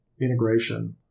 integration